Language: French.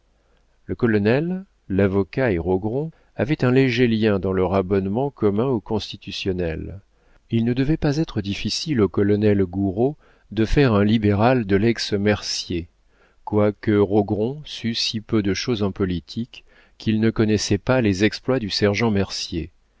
le colonel l'avocat et rogron avaient un léger lien dans leur abonnement commun au constitutionnel il ne devait pas être difficile au colonel gouraud de faire un libéral de lex mercier quoique rogron sût si peu de chose en politique qu'il ne connaissait pas les exploits du sergent mercier